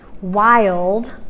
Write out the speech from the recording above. wild